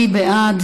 מי בעד